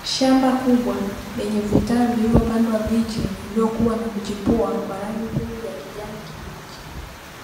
Shamba kubwa lenye vitalu vilivyopandwa miche iliyokua na kuchipua kwa rangi nzuri ya kijani kibichi,